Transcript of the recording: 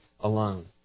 Alone